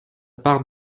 part